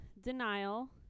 denial